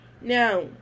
Now